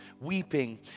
weeping